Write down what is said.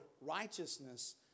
righteousness